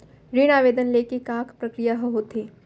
ऋण आवेदन ले के का का प्रक्रिया ह होथे?